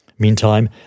Meantime